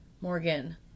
Morgan